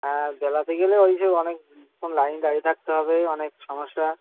হ্যাঁ বেলাতে গেলে ওই সেই অনেকক্ষণ লাইনে দাঁড়িয়ে থাকতে হবে অনেক সমস্যা